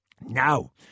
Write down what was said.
Now